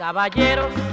Caballeros